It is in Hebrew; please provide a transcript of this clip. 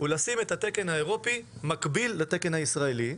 היא לשים את התקן האירופי מקביל לתקן הישראלי,